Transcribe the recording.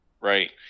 Right